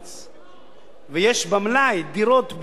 ויש במלאי דירות בנויות ומוכנות